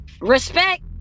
Respect